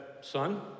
son